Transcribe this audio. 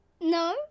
No